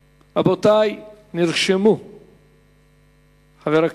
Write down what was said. רבותי, אנחנו ממשיכים